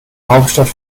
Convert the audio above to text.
hauptstadt